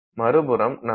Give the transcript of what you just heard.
மறுபுறம் நம்மிடம் 0